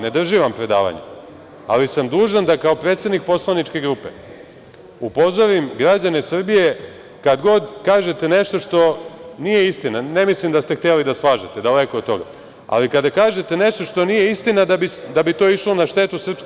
Ne držim vam predavanje, ali sam dužan da kao predsednik poslaničke grupe upozorim građane Srbije kad god kažete nešto što nije istina, ne mislim da ste hteli da slažete, daleko od toga, ali kada kažete nešto što nije istina da bi to išlo na štetu SNS.